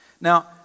Now